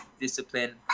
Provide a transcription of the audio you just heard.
discipline